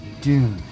Dude